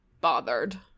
bothered